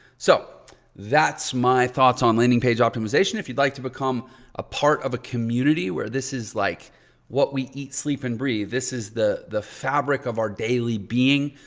so that's my thoughts on landing page optimization. if you'd like to become a part of a community where this is like what we eat, sleep and breathe, this is the the fabric of our daily being,